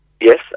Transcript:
Yes